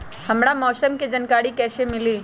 हमरा मौसम के जानकारी कैसी मिली?